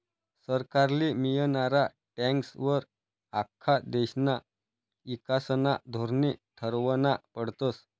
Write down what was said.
सरकारले मियनारा टॅक्सं वर आख्खा देशना ईकासना धोरने ठरावना पडतस